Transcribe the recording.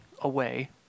away